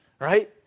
right